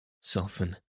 soften